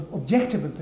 objective